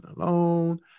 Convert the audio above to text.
alone